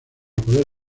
poder